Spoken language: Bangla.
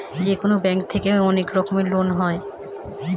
যেকোনো ব্যাঙ্ক থেকে অনেক রকমের লোন হয়